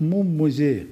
mum muziejų